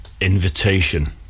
Invitation